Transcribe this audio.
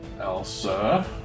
Elsa